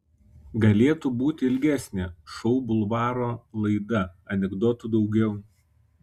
galėtų būti ilgesnė šou bulvaro laida anekdotų daugiau